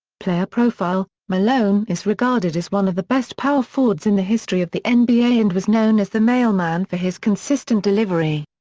player profile malone is regarded as one of the best power forwards in the history of the and nba and was known as the mailman for his consistent delivery.